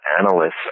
analysts